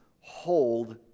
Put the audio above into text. hold